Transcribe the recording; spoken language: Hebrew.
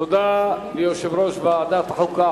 תודה ליושב-ראש ועדת החוקה,